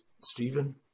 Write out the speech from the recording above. Stephen